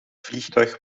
vliegtuig